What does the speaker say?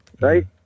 Right